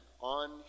on